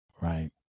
Right